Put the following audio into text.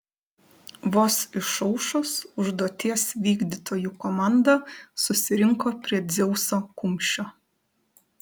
vos išaušus užduoties vykdytojų komanda susirinko prie dzeuso kumščio